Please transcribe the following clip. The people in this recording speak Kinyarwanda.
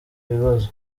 ibibazo